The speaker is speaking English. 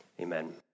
amen